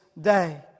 day